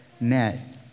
met